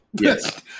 yes